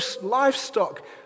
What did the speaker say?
livestock